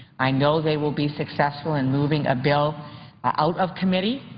i know they will be successful in moving a bill out of committee,